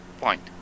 point